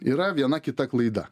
yra viena kita klaida